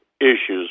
issues